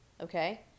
okay